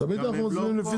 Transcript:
מי נגד, מי נמנע?